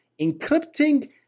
encrypting